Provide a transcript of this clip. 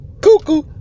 cuckoo